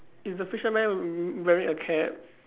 is the fisherman w~ wearing a cap